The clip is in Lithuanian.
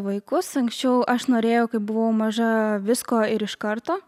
vaikus anksčiau aš norėjau kai buvau maža visko ir iš karto